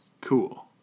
Cool